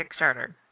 Kickstarter